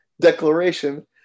declaration